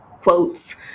quotes